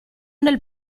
nel